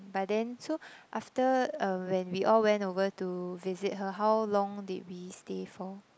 but then so after uh when we all went over to visit her how long did we stay for